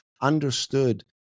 understood